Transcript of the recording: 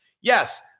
Yes